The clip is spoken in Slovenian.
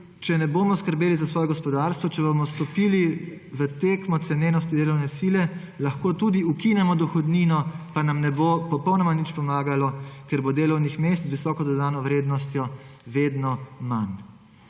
če ne bomo skrbeli za svoje gospodarstvo, če bomo stopilo v tekmo cenenosti delovne sile, lahko tudi ukinemo dohodnino, pa nam ne bo popolnoma nič pomagalo, ker bo delovnih mest z visoko dodatno vrednostjo vedno manj.